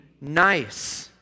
nice